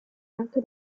anche